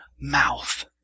mouth